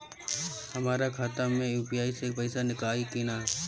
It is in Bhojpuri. हमारा खाता मे यू.पी.आई से पईसा आई कि ना?